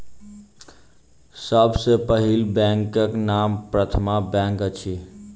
सभ सॅ पहिल बैंकक नाम प्रथमा बैंक अछि